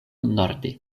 norde